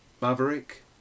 Maverick